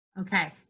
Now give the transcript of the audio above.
okay